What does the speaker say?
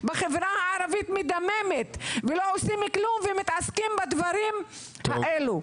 החברה הערבית מדממת ולא עושים כלום ומתעסקים בדברים האלה.